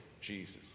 Jesus